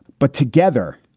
but together,